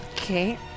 Okay